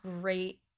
great